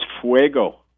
fuego